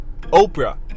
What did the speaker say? oprah